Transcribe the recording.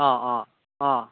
অঁ অঁ অঁ